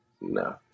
no